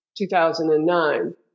2009